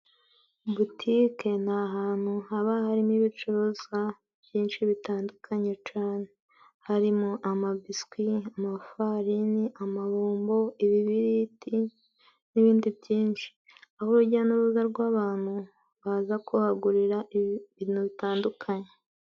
Butike ni ahantu haba harimo ibicuruzwa byinshi bitandukanye cane, harimo amabiswi, amafarini, amabombo, ibibiriti n'ibindi byinshi. Aho urujya n'uruza rw'abantu baza kuhagurira ibintu bitandukanye.